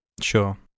Sure